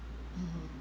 mmhmm